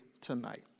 tonight